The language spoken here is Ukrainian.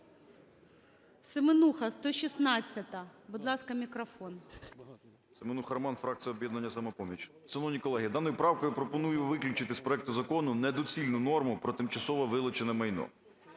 Семенуха, 116-а. Будь ласка, мікрофон. 13:29:33 СЕМЕНУХА Р.С. СеменухаРоман, фракція "Об'єднання "Самопоміч". Шановні колеги, даною правкою я пропоную виключити з проекту закону недоцільну норму про тимчасово вилучене майно.